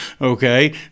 okay